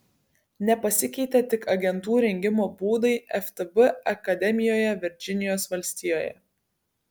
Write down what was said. nepasikeitė tik agentų rengimo būdai ftb akademijoje virdžinijos valstijoje